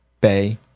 Bay